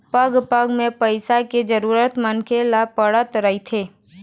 पग पग म पइसा के जरुरत मनखे ल पड़त रहिथे